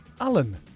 Alan